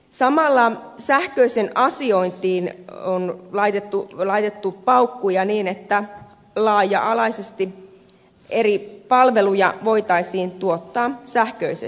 samalla sähköiseen asiointiin on laitettu paukkuja niin että laaja alaisesti eri palveluja voitaisiin tuottaa sähköisesti